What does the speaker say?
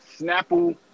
Snapple